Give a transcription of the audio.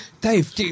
Dave